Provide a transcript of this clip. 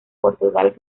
portugal